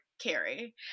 Carrie